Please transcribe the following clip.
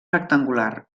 rectangular